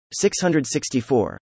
664